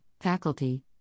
Faculty